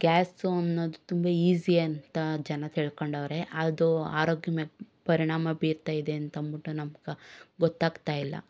gas ಅನ್ನೋದು ತುಂಬ easy ಅಂತ ಜನ ತಿಳ್ಕೊಂಡವ್ರೆ ಅದು ಆರೋಗ್ಯದ್ಮೇಲೆ ಪರಿಣಾಮ ಬೀರ್ತಾಯಿದೆ ಅಂತಂದ್ಬಿಟ್ಟು ನಮಗೆ ಗೊತ್ತಾಗ್ತಾಯಿಲ್ಲ